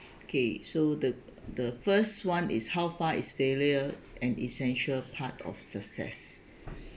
okay so the the first [one] is how far is failure an essential part of success